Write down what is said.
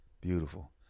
Beautiful